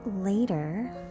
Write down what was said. later